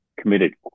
committed